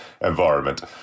environment